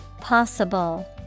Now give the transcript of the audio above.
Possible